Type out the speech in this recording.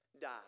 die